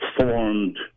formed